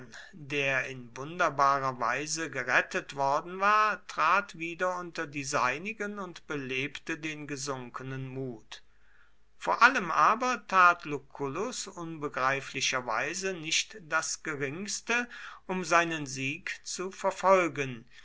der in wunderbarer weise gerettet worden war trat wieder unter die seinigen und belebte den gesunkenen mut vor allem aber tat lucullus unbegreiflicherweise nicht das geringste um seinen sieg zu verfolgen